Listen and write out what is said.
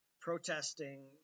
protesting